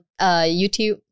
YouTube